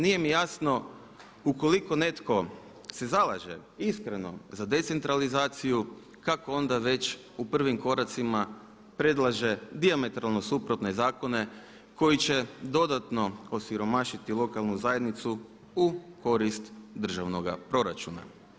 Nije mi jasno ukoliko netko se zalaže iskreno za decentralizaciju kako onda već u prvim koracima predlaže dijametralno suprotne zakone koji će dodatno osiromašiti lokalnu zajednicu u korist državnog proračuna.